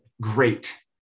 great